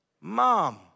Mom